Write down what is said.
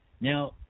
Now